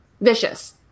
Vicious